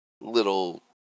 little